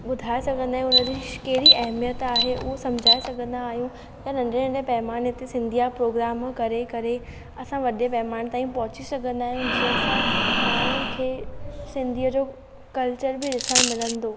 ॿुधाए सघंदा आहियूं हुन जी कहिड़ी अहमियत आहे उहो समुझाए सघंदा आहियूं त नंढे नंढे पैमाने ते सिंधी जा प्रोग्राम करे करे असां वॾे पैमाने ताईं पहुची सघंदा आहियूं जंहिं सां माण्हू खे सिंधीअ जो क्लचर बि ॾिसणु मिलंदो